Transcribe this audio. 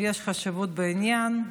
יש חשיבות בעניין,